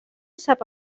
sap